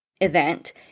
event